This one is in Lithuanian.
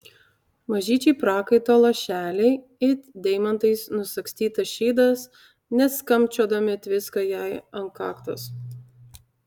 mažyčiai prakaito lašeliai it deimantais nusagstytas šydas net skambčiodami tviska jai ant kaktos